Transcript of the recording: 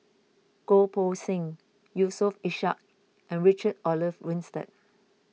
Goh Poh Seng Yusof Ishak and Richard Olaf Winstedt